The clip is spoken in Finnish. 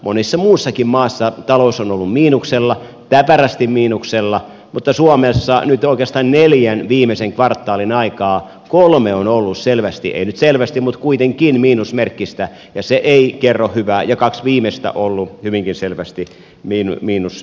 monessa muussakin maassa talous on ollut miinuksella täpärästi miinuksella mutta suomessa nyt oikeastaan neljän viimeisen kvartaalin aikaan kolme on ollut selvästi ei nyt selvästi mutta kuitenkin miinusmerkkistä ja se ei kerro hyvää ja kaksi viimeistä kvartaalia ovat olleet hyvinkin selvästi miinusmerkkisiä